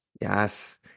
Yes